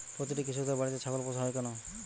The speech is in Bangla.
প্রতিটি কৃষকদের বাড়িতে ছাগল পোষা হয় কেন?